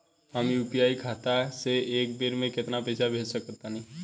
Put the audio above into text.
हम यू.पी.आई खाता से एक बेर म केतना पइसा भेज सकऽ तानि?